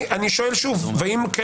אני שואל שוב ואם כן,